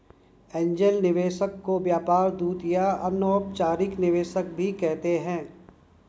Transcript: angel निवेशक को व्यापार दूत या अनौपचारिक निवेशक भी कहते हैं